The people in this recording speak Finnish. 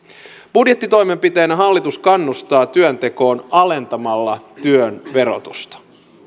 budjettitoimenpiteenä hallitus kannustaa työntekoon alentamalla työn verotusta